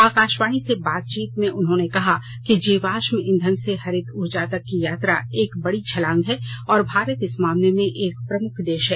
आकाशवाणी से बातचीत में उन्होंने कहा कि जीवाश्म ईंधन से हरित ऊर्जा तक की यात्रा एक बडी छलांग है और भारत इस मामले में एक प्रमुख देश है